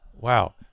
wow